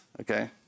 okay